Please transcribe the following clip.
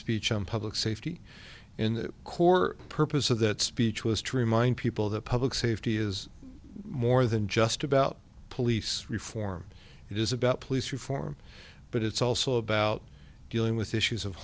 speech on public safety in the core purpose of that speech was to remind people that public safety is more than just about police reform it is about police reform but it's also about dealing with issues of